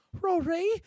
Rory